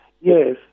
Yes